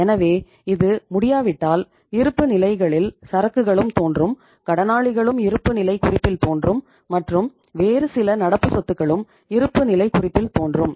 எனவே இது முடியாவிட்டால் இருப்புநிலைகளில் சரக்குகளும் தோன்றும் கடனாளிகளும் இருப்புநிலைக் குறிப்பில் தோன்றும் மற்றும் வேறு சில நடப்பு சொத்துகளும் இருப்புநிலைக் குறிப்பில் தோன்றும்